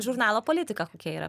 žurnalo politika kokia yra